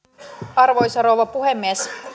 arvoisa rouva puhemies